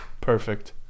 Perfect